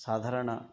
साधारणम्